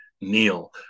Neil